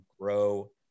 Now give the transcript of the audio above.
grow